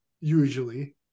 Usually